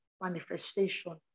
manifestation